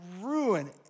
ruin